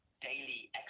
daily